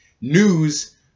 News